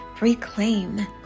reclaim